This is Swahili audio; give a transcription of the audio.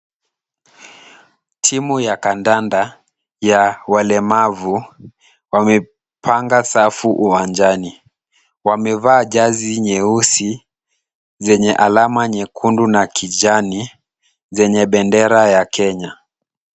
Timu ya kandanda ya walemavu wamepanga safu uwanjani. Wamevaa jezi nyeusi zenye alama nyekundu na kijani zenye bendera ya Kenya.